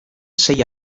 sei